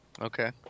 Okay